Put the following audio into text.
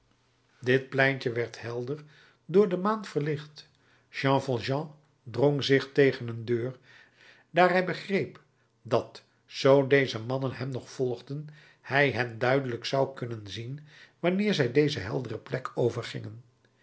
dit pleintje werd helder door de maan verlicht jean valjean drong zich tegen een deur daar hij begreep dat zoo deze mannen hem nog volgden hij hen duidelijk zou kunnen zien wanneer zij deze heldere plek